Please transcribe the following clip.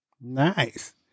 nice